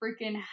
freaking